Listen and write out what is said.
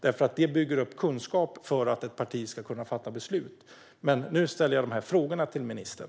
Det bygger nämligen upp kunskap för att ett parti ska kunna fatta beslut. Nu ställer jag dessa frågor till ministern.